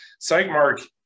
SiteMark